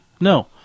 No